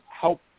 help